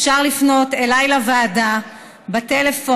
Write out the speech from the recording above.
אפשר לפנות אליי לוועדה בטלפון